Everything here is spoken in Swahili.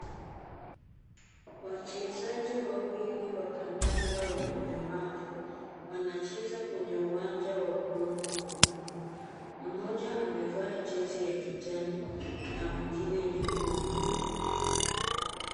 Wachezaji wawili wa kandanda wenye ulemavu wanacheza kwenye uwanja wa udongo mwekundu. Mmoja amevaa jezi ya kijani na mwingine nyekundu.